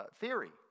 theory